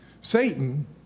Satan